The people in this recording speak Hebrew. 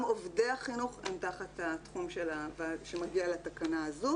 גם עובדי החינוך הם תחת התחום שמגיע לתקנה הזו